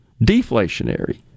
deflationary